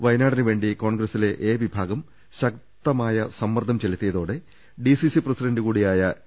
വയ നാ ടിന് വേണ്ടി കോൺഗ്ര സിലെ എ വിഭാഗം ശക്തമായ സമ്മർദ്ദം ചെലുത്തിയതോടെ ഡിസിസി പ്രസി ഡന്റ് കൂടിയായ ടി